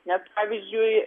nes pavyzdžiui